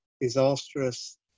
disastrous